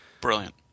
Brilliant